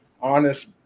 honest